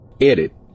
Edit